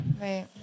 right